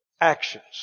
actions